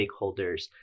stakeholders